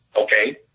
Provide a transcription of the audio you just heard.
okay